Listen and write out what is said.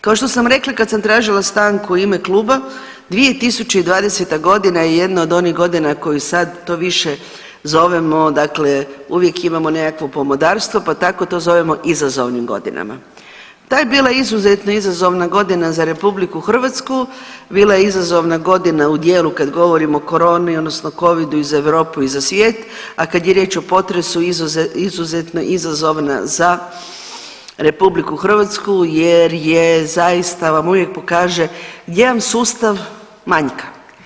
Kao što sam rekla kad sam tražila stanku u ime kluba 2020.g. je jedna od onih godina koju sad to više zovemo dakle uvijek imamo neko pomodarstvo pa tako to zovemo izazovnim godinama, ta je bila izuzetna izazovna godina za RH, bila je izazovna godina u dijelu kada govorimo o koroni odnosno covidu i za Europu i za svijet, a kada je riječ o potresu izuzetno je izazovna za RH jer je zaista vam uvijek pokaže gdje vam sustav manjka.